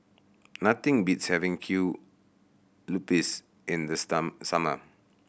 nothing beats having kue lupis in the sum summer